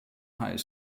high